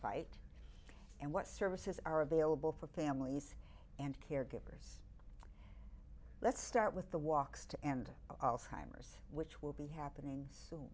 fight and what services are available for families and caregivers let's start with the walks to end timers which will be happening so